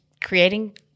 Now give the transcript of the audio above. creating –